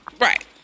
Right